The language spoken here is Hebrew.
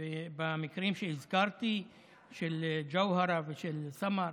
במקרה שהזכרתי של ג'והרה ושל סמר,